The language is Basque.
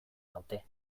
naute